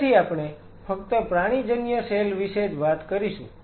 તેથી આપણે ફક્ત પ્રાણીજન્ય સેલ વિશે જ વાત કરીશું